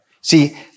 See